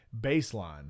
baseline